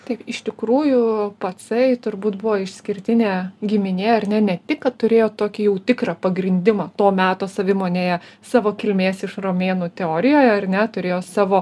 taip iš tikrųjų pacai turbūt buvo išskirtinė giminė ar ne ne tik kad turėjo tokį jau tikrą pagrindimą to meto savimonėje savo kilmės iš romėnų teorijoje ar ne turėjo savo